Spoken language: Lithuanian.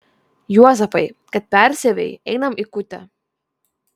juozapai kad persiavei einam į kūtę